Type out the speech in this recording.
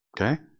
Okay